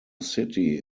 city